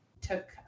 took